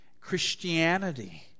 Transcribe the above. Christianity